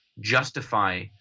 justify